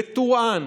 בטורעאן